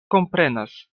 komprenas